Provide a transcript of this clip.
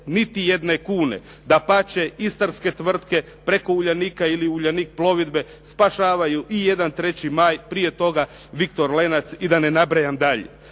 niti jedne kune. Dapače, istarske tvrtke preko "Uljanika" ili "Uljanik plovidbe" spašavaju jedan "Treći maj", prije toga "Viktor Lenac" i da ne nabrajam dalje.